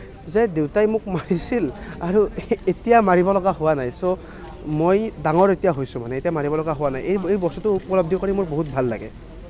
যে দেউতাই মোক মাৰিছিল আৰু এ এতিয়া মাৰিবলগীয়া হোৱা ছ' মই ডাঙৰ এতিয়া হৈছোঁ মানে এতিয়া মাৰিবলগা হোৱা নাই এই এই বস্তুটো উপলব্ধি কৰি মোৰ বহুত ভাল লাগে